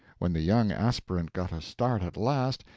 when the young aspirant got a start at last,